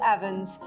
Evans